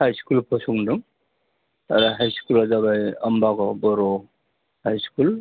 high school फसंदों आरो high स्कुला जाबाय आम्बागाव बर' हाइ स्कुल